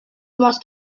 must